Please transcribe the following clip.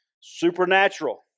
Supernatural